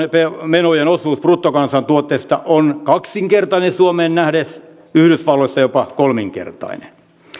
menojen osuus bruttokansantuotteesta on kaksinkertainen suomeen nähden yhdysvalloissa jopa kolminkertainen